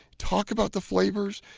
talk about the flavors.